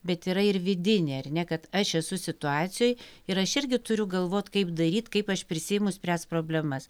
bet yra ir vidinė ar ne kad aš esu situacijoj ir aš irgi turiu galvot kaip daryt kaip aš prisiimu spręst problemas